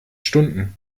stunden